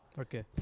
Okay